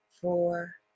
four